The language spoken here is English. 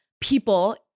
people